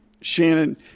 Shannon